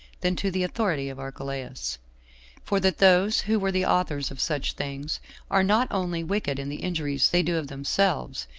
than to the authority of archelaus for that those who were the authors of such things are not only wicked in the injuries they do of themselves,